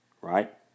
Right